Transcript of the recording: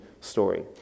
story